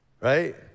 right